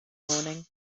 morning